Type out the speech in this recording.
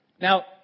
Now